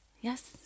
Yes